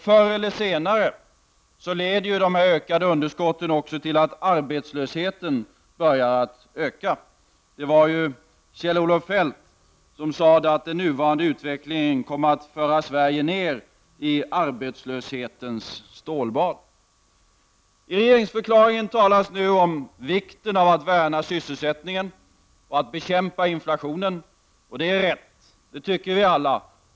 Förr eller senare leder de ökade underskotten också till att arbetslösheten börjar öka. Det var ju Kjell-Olof Feldt som sade att den nuvarande utvecklingen kommer att föra Sverige ned i ”arbetslöshetens stålbad”. I regeringsförklaringen talas om vikten av att värna sysselsättningen och bekämpa inflationen. Det är rätt. Det tycker vi alla.